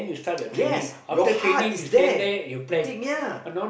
yes your heart is there thick ya